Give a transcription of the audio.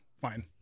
Fine